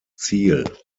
ziel